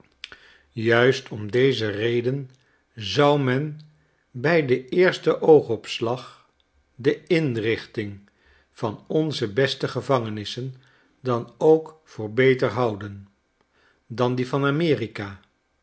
juist om deze reden zou men bij den eersten oogopslag de inrichting van onze beste gevangenissen dan ook voor beter houden dan die van amerika